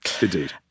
Indeed